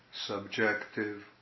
subjective